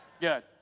Good